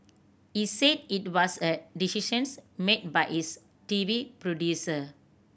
he said it was a decisions made by his T V producer